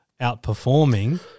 outperforming